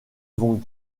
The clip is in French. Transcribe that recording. vont